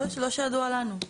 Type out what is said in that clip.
לא שידוע לנו.